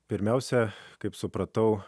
pirmiausia kaip supratau